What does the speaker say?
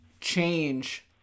change